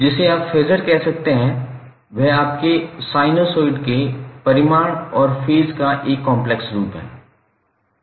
जिसे आप फेज़र कह सकते हैं वह आपके साइनसॉइड के परिमाण और फेज का एक कॉम्प्लेक्स रूप है